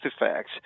effects